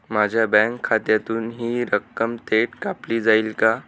माझ्या बँक खात्यातून हि रक्कम थेट कापली जाईल का?